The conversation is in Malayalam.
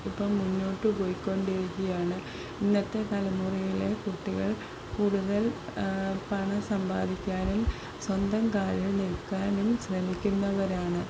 ഇപ്പം മുന്നോട്ട് പോയി കൊണ്ടിരിക്കുകയാണ് ഇന്നത്തെ തലമുറയിലെ കുട്ടികൾ കൂടുതൽ പണം സമ്പാദിക്കാനും സ്വന്തം കാലിൽ നിൽക്കാനും ശ്രമിക്കുന്നവരാണ്